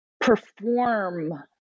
perform